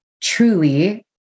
truly